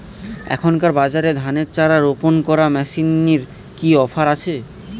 এখনকার বাজারে ধানের চারা রোপন করা মেশিনের কি অফার আছে?